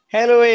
Hello